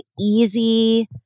easy